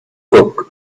cook